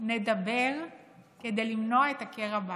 נדבר כדי למנוע את הקרע בעם.